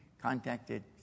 contacted